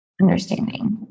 understanding